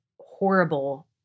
horrible